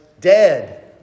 dead